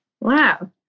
Wow